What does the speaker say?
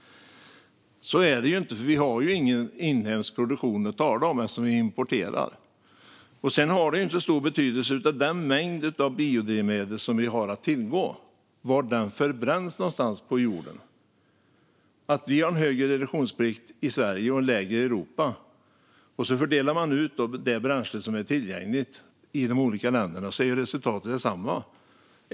Så är det inte, för vi har ingen inhemsk produktion att tala om eftersom vi importerar. Det har heller inte så stor betydelse var på jorden den mängd biodrivmedel som vi har att tillgå förbränns någonstans. Om vi har en högre reduktionsplikt i Sverige och en lägre sådan lägre i Europa och man fördelar ut det bränsle som är tillgängligt i de olika länderna blir ju resultatet detsamma.